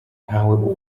ntawe